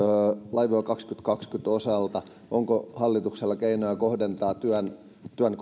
laivue kaksituhattakaksikymmentän osalta onko hallituksella keinoja kohdentaa työn työn